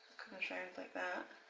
round like that